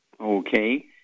Okay